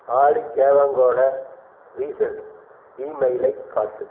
ஆலி தேவாங்கோட ரீசெண்ட் இமெயிலைக் காட்டு